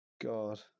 God